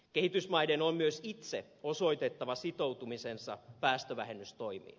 kehitysmaiden on myös itse osoitettava sitoutumisensa päästövähennystoimiin